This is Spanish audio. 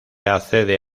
accede